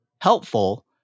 helpful